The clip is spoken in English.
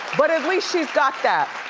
but at least she's got that.